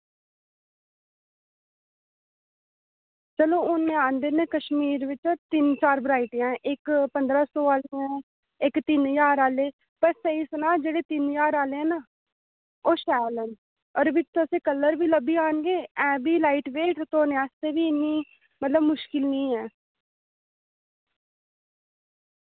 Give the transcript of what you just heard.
चलो हु'न मैं आह्नदे न कश्मीर बिचा तिन चार वेरायटियां इक पंदरां सौ आह्लियां इक तिन ज्हार आह्ले पर स्हेई सनां जेह्ड़े तिन ज्हार आह्ले ना ओह् शैल न ओह्दे बिच तुसें ई कलर बी लब्भी जानगे है बी लाइट वेट धोने आस्तै बी इन्नी मतलब मुश्किल नी ऐ